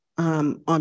On